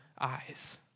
eyes